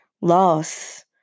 loss